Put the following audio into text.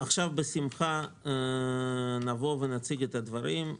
בשמחה נציג את הדברים,